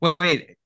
wait